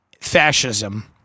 fascism